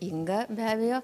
inga be abejo